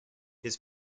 his